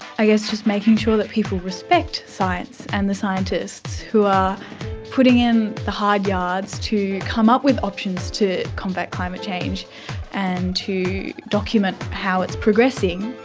i guess just making sure that people respect science and the scientists who are putting in the hard yards to come up with options to combat climate change and to document how it's progressing,